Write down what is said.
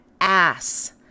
ass